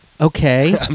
Okay